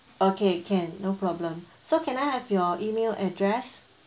okay can no problem so can I have your email address